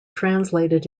translated